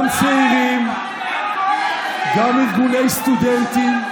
גם צעירים, גם ארגוני סטודנטים,